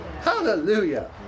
Hallelujah